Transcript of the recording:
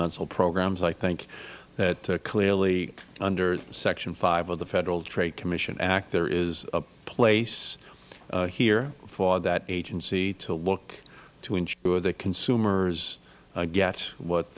environmental programs i think that clearly under section five of the federal trade commission act there is a place here for that agency to look to ensure that consumers get what